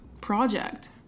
project